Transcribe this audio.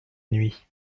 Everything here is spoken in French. nuit